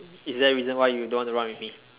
is there a reason why you don't want to run with me